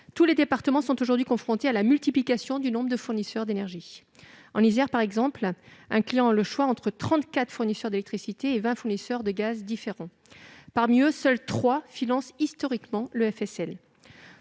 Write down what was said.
Tous les départements sont désormais confrontés à la multiplication du nombre de fournisseurs d'énergie. En Isère, par exemple, un client a le choix entre trente-quatre fournisseurs d'électricité et vingt fournisseurs de gaz, différents. Parmi eux, seuls trois financent historiquement le FSL.